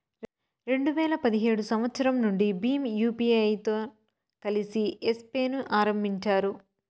రెండు వేల పదిహేడు సంవచ్చరం నుండి భీమ్ యూపీఐతో కలిసి యెస్ పే ను ఆరంభించారు